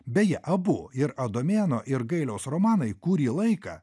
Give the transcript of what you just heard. beje abu ir adomėno ir gailiaus romanai kurį laiką